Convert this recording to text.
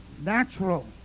natural